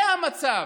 זה המצב,